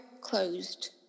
closed